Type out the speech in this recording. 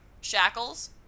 Shackles